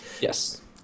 Yes